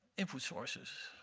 input sources,